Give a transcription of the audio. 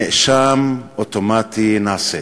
נאשם אוטומטי נעשיתי.